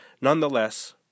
Nonetheless